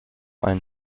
einen